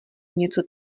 něco